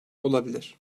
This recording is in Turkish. olabilir